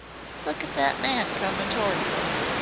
look at that man comin' to'ards us.